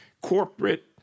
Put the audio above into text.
corporate